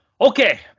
Okay